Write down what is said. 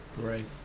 Right